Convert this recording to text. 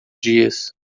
dias